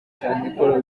cy’amikoro